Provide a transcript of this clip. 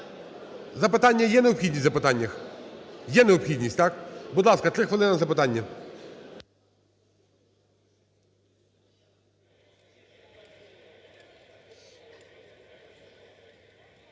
Запитання? Є необхідність в запитаннях? Є необхідність, так? Будь ласка, 3 хвилини запитання.